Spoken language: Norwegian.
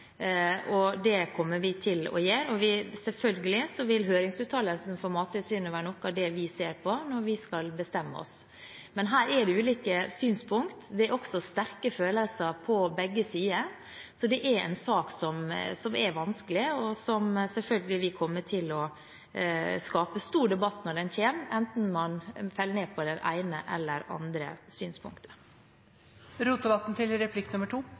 Det kommer vi til å gjøre. Selvfølgelig vil høringsuttalelsen fra Mattilsynet være noe av det vi ser på når vi skal bestemme oss. Men her er det ulike synspunkt. Det er også sterke følelser på begge sider, så det er en sak som er vanskelig, og som selvfølgelig vil komme til å skape stor debatt når den kommer – enten man faller ned på det ene eller det andre synspunktet. Om eg får lov til